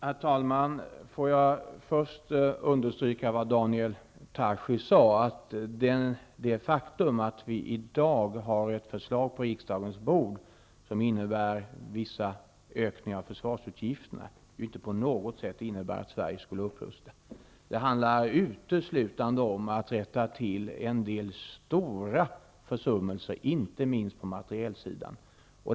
Herr talman! Jag vill först understryka vad Daniel Tarschys sade, nämligen att det faktum att det i dag finns ett förslag på riksdagens bord, som innebär vissa ökningar av försvarsutgifterna, inte på något sätt innebär att Sverige skall upprusta. Det handlar uteslutande om att rätta till en del stora försummelser, inte minst på materielsidan.